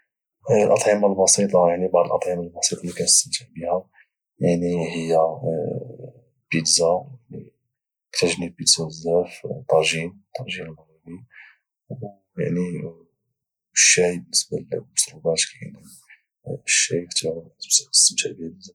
الأطعمة البسيطة بعض الأطعمة البسيطة اللي كنستمتع بها يعني هي البيتزا يعني كتعجبني البيتزا بزاف الطاجين المغربي او الشاي بالنسبة للمشروبات كاين الشاي حتى هو كنستمتع به بزاف